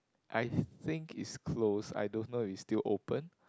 I think it's closed I don't know if is still open